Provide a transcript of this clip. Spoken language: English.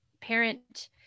parent